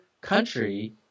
country